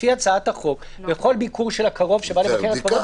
לפי הצעת החוק בכל ביקור של הקרוב שבא לבקר את קרובו,